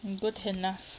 I'm good enough